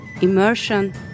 immersion